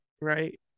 right